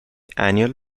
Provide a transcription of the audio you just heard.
annual